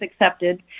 accepted